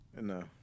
No